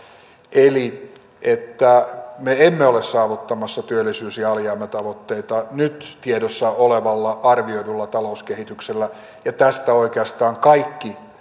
eli se että me emme ole saavuttamassa työllisyys ja alijäämätavoitteita nyt tiedossa olevalla arvioidulla talouskehityksellä ja tästä oikeastaan kaikki